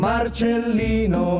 Marcellino